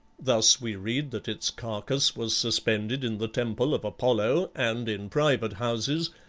thus we read that its carcass was suspended in the temple of apollo, and in private houses,